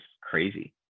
crazy